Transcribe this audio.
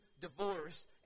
divorce